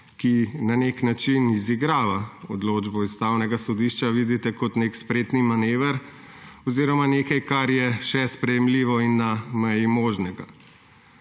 ki na nek način izigrava odločbo Ustavnega sodišča, vidite kot nek spreten manever oziroma nekaj, kar je še sprejemljivo in na meji možnega.